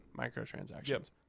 microtransactions